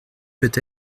peut